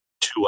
two